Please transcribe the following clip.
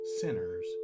sinners